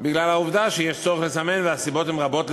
העובדה שיש צורך לסמן, והסיבות לכך הן רבות,